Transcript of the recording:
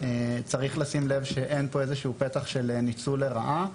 צריך לשים לב שאין כאן איזשהו פתח של ניצול לרעה,